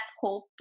hope